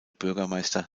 bürgermeister